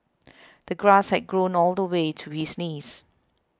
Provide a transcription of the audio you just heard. the grass had grown all the way to his knees